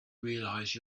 realize